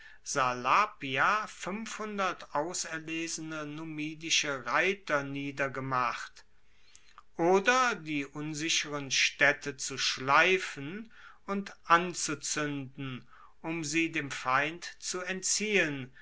salapia auserlesene numidische reiter niedergemacht oder die unsicheren staedte zu schleifen und anzuzuenden um sie dem feind zu entziehen